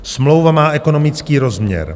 Smlouva má ekonomický rozměr.